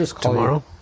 tomorrow